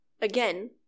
again